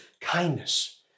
kindness